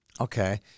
Okay